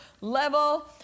level